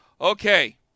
Okay